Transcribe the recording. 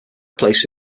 replaced